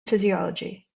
physiology